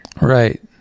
Right